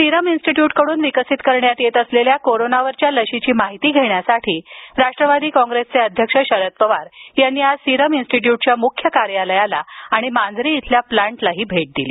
Serum इन्स्टिट्यूटकडून विकसित करण्यात येत असलेल्या कोरोनावरील लसीची माहिती घेण्यासाठी राष्ट्रवादीचे अध्यक्ष शरद पवार यांनी आज सिरम इन्स्टिट्यूटच्या मुख्य कार्यालयाला आणि मांजरी येथील प्लांटलाही भेट दिली